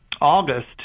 August